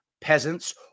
peasants